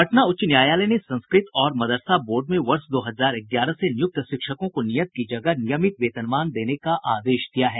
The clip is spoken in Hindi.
पटना उच्च न्यायालय ने संस्कृत और मदरसा बोर्ड में वर्ष दो हजार ग्यारह से नियुक्त शिक्षकों को नियत की जगह नियमित वेतनमान देने का आदेश दिया है